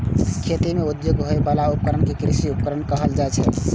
खेती मे उपयोग होइ बला उपकरण कें कृषि उपकरण कहल जाइ छै